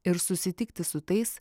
ir susitikti su tais